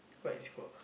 what it's called